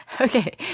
Okay